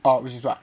oh which is what